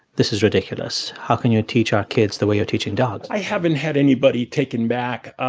this is ridiculous. how can you teach our kids the way you're teaching dogs? i haven't had anybody taken back.